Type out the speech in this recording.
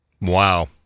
Wow